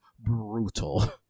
brutal